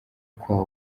kwa